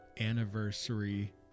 anniversary